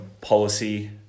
policy